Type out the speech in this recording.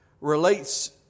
relates